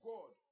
God